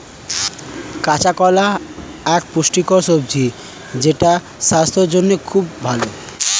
কাঁচা কলা এক পুষ্টিকর সবজি যেটা স্বাস্থ্যের জন্যে খুব ভালো